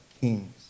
kings